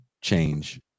change